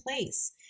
place